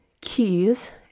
keys